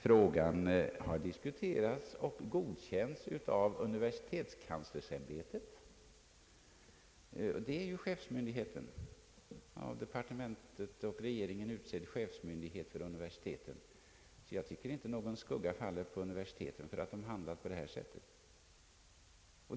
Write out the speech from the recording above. Frågan har diskuterats och godkänts av universitetskanslersämbetet, som är den av departementet och regeringen utsedda chefsmyndigheten för universiteten. Jag tycker därför inte att någon skugga faller på universitetet för att man handlat på detta sätt.